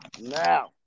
now